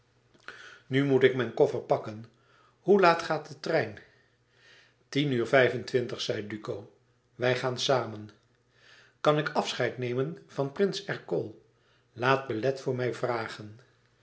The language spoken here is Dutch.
nu moet ik mijn koffer pakken hoe laat gaat de trein tien uur vijf-en-twintig zei duco wij gaan samen kan ik afscheid nemen van prins ercole laat belet voor mij vragen